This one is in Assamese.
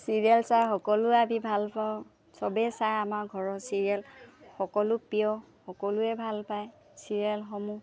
চিৰিয়েল চাই সকলোৱে আমি ভাল পাওঁ চবেই চাই আমাৰ ঘৰৰ চিৰিয়েল সকলো প্ৰিয় সকলোৱে ভাল পায় চিৰিয়েলসমূহ